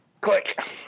click